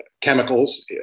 chemicals